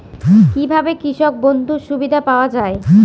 কি ভাবে কৃষক বন্ধুর সুবিধা পাওয়া য়ায়?